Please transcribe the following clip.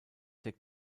der